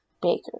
Baker